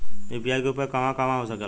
UPI के उपयोग कहवा कहवा हो सकेला?